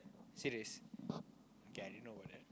serious okay I didn't know about that